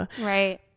Right